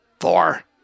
Four